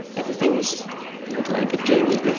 everything was like a dreamy,